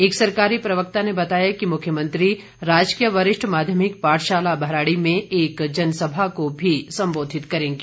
एक सरकारी प्रवक्ता ने बताया कि मुख्यमंत्री राजकीय वरिष्ठ माध्यमिक पाठशाला भराड़ी में एक जनसभा को भी सम्बोधित करेंगे